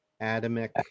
Atomic